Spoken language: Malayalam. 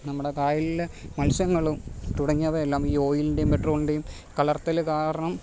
നമ്മുടെ കായലിലെ മത്സ്യങ്ങളും തുടങ്ങിയവയെല്ലാം ഈ ഓയിലിന്റെയും പെട്രോളിൻ്റെയും കലർത്തല് കാരണം